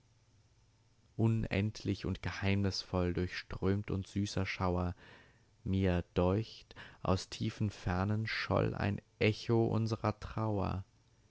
unendlich und geheimnisvoll durchströmt uns süßer schauer mir deucht aus tiefen fernen scholl ein echo unsrer trauer